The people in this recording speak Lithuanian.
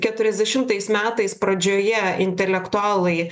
keturiasdešimtais metais pradžioje intelektualai